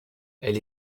elle